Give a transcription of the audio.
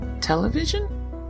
television